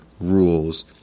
rules